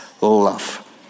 love